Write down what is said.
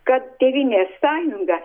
kad tėvynės sąjunga